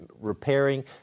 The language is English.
repairing